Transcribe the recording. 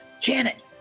Janet